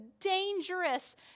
dangerous